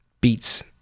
Beats